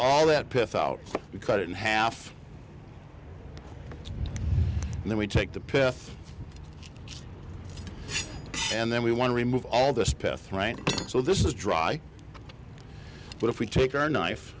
all that pith out cut it in half and then we take the pill and then we want to remove all this path right so this is dry but if we take our knife